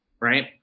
right